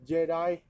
Jedi